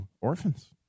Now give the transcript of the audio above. orphans